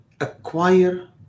Acquire